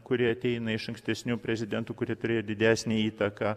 kuri ateina iš ankstesnių prezidentų kurie turėjo didesnę įtaką